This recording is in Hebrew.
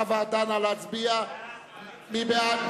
בעד,